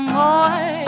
more